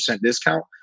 discount